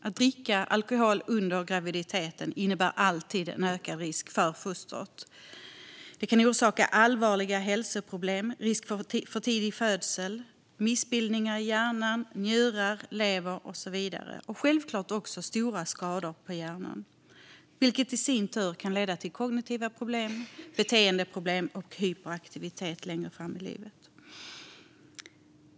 Att dricka alkohol under graviditeten innebär alltid en ökad risk för fostret. Det kan orsaka allvarliga hälsoproblem, och det innebär risk för en för tidig födsel. Det kan orsaka missbildningar i hjärta, njurar, lever och så vidare. Självklart kan det också orsaka stora skador på hjärnan, vilket i sin tur kan leda till kognitiva problem, beteendeproblem och hyperaktivitet längre fram i livet.